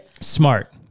SMART